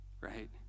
Right